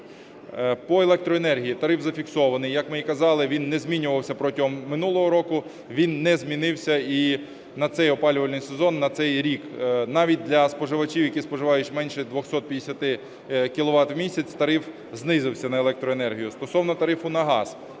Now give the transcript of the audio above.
По електроенергії тариф зафіксований. Як ми і казали, він не змінювався протягом минулого року. Він не змінився і на цей опалювальний сезон, на цей рік навіть для споживачів, які споживають менше 250 кіловат у місяць, тариф знизився на електроенергію.